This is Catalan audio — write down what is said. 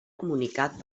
comunicat